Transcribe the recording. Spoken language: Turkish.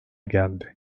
geldi